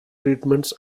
treatments